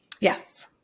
Yes